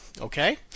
Okay